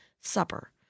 supper